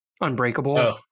Unbreakable